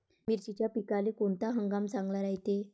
मिर्चीच्या पिकाले कोनता हंगाम चांगला रायते?